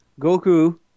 Goku